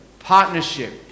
Partnership